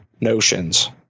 notions